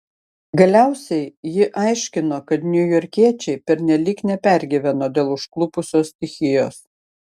galiausiai ji aiškino kad niujorkiečiai pernelyg nepergyveno dėl užklupusios stichijos